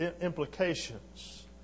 implications